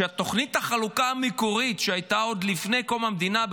שתוכנית החלוקה המקורית שהייתה עוד לפני קום המדינה,